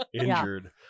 injured